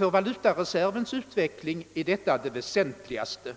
av valutareservens utveckling är detta det väsentligaste.